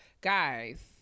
guys